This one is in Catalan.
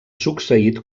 succeït